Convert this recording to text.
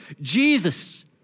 Jesus